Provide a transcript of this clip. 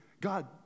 God